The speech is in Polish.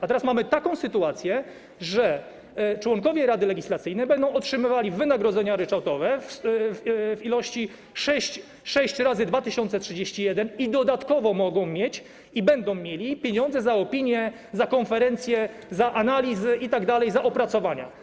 A teraz mamy taką sytuację, że członkowie Rady Legislacyjnej będą otrzymywali wynagrodzenia ryczałtowe w ilości sześć razy 2031 i dodatkowo mogą mieć i będą mieli pieniądze za opinie, za konferencje, za analizy, za opracowania itd.